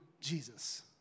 Jesus